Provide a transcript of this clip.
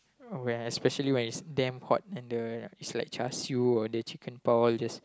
when especially when is damn hot and the is like just you or the chicken bao all just